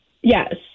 Yes